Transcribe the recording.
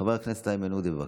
חבר הכנסת איימן עודה, בבקשה.